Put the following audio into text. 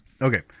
Okay